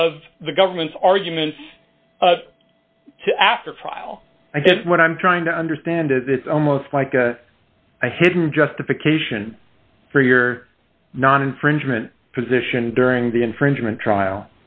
of the government's arguments to after file i guess what i'm trying to understand it it's almost like a hidden justification for your non infringement position during the infringement trial